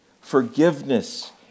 forgiveness